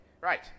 Right